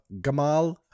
Gamal